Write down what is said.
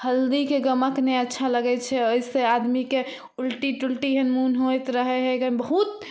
हल्दीके गमक नहि अच्छा लगै छै ओहिसऽ आदमीके उलटी टुलती एहन मन होइत रहे हैके